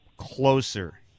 Closer